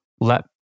Let